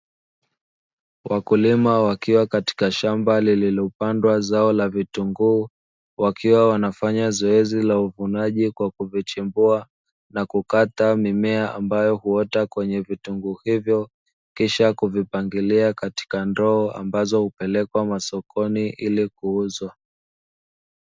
Wakulima wakiwa katika shamba lililopandwa zao la vitunguu wakiwa wanafanya zoezi la uvunaji kwa kuvichimbua na kukata mimea ambayo huota kwenye vitunguu hivyo kisha kuvipangilia katika ndoo ambazo hupelekwa masokoni ili kuuzwa.